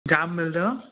जाम मिलंदव